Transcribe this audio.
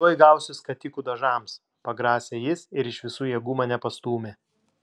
tuoj gausi skatikų dažams pagrasė jis ir iš visų jėgų mane pastūmė